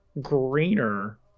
greener